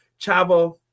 chavo